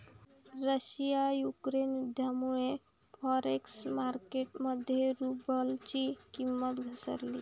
Russia Ukraine युद्धामुळे forex market मध्ये रुबलची किंमत घसरली